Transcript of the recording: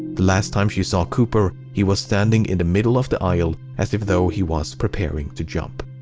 the last time she saw cooper, he was standing in the middle of the aisle as if though he was preparing to jump.